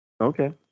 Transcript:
Okay